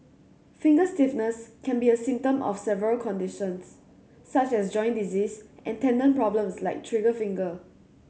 finger stiffness can be a symptom of several conditions such as joint disease and tendon problems like trigger finger